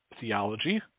theology